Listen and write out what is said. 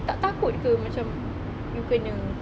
tak takut ke macam you kena